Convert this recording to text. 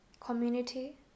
community